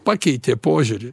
pakeitė požiūrį